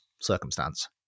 circumstance